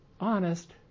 honest